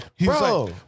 Bro